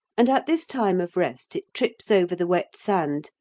and at this time of rest it trips over the wet sand,